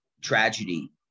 tragedy